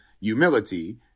humility